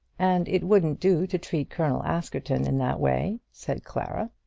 and it wouldn't do to treat colonel askerton in that way, said clara.